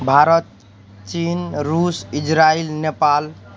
भारत चीन रूस इजराइल नेपाल